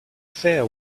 fair